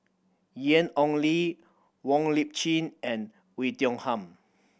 Ian Ong Li Wong Lip Chin and Oei Tiong Ham